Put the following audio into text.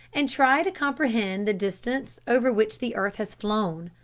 and try to comprehend the distance over which the earth has flown.